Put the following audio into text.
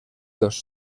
dos